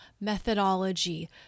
methodology